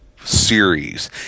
series